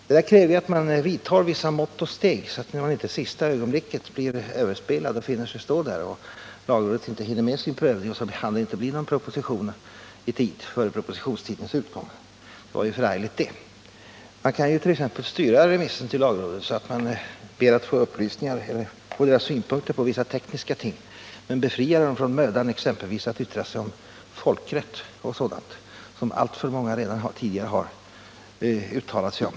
Därför krävs det att regeringen vidtar vissa mått och steg, så att den inte i sista ögonblicket blir överspelad och finner att lagrådet inte hinner med sin prövning i så god tid att det hinner bli någon proposition före propositionstidens utgång — det vore ju förargligt! Man kan 1. ex. styra remissen till lagrådet så, att man ber att få vissa upplysningar eller synpunkter på vissa tekniska ting men befriar lagrådet från mödan att yttra sig om exempelvis folkrätt och annat som alltför många redan tidigare har uttalat sig om.